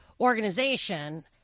organization